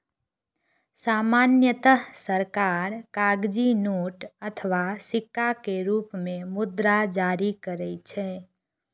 सामान्यतः सरकार कागजी नोट अथवा सिक्का के रूप मे मुद्रा जारी करै छै